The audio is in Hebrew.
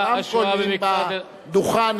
הרמקול בדוכן,